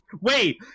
wait